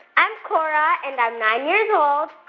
i'm cora, and i'm nine years old.